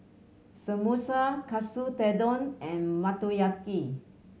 Samosa Katsu Tendon and Motoyaki